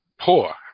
poor